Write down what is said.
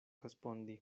respondi